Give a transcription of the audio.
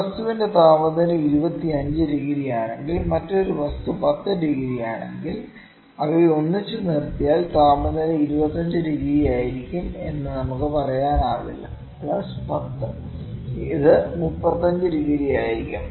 ഒരു വസ്തുവിന്റെ താപനില 25 ഡിഗ്രിയാണെങ്കിൽ മറ്റൊരു വസ്തു 10 ഡിഗ്രിയാണെങ്കിൽ അവയെ ഒന്നിച്ച് നിർത്തിയാൽ താപനില 25 ആയിരിക്കും എന്ന് നമുക്ക് പറയാനാവില്ല പ്ലസ് 10 ഇത് 35 ഡിഗ്രി ആയിരിക്കും